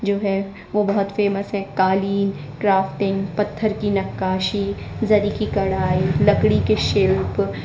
जो है वो बहुत फ़ेमस है कालीन क्राफ्टिंग पत्थर की नक्काशी ज़री की कढ़ाई लकड़ी के शिल्प